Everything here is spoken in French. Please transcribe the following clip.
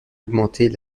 augmenter